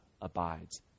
abides